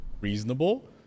reasonable